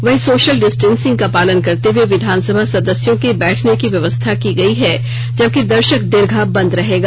वहीं social distancing का पालन करते हुए विधानसभा सदस्यों के बैठने की व्यवस्था की गयी है जबकि दर्षक दीर्घा बंद रहेगा